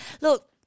look